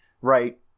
Right